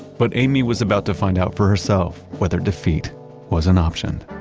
but amy was about to find out for herself whether defeat was an option,